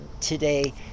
today